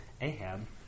Ahab